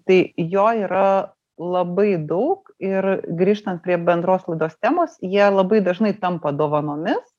tai jo yra labai daug ir grįžtant prie bendros laidos temos jie labai dažnai tampa dovanomis